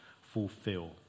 fulfill